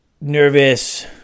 nervous